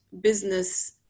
business